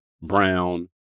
Brown